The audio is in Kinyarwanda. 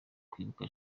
kwibuka